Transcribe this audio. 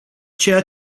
ceea